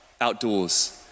outdoors